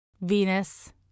Venus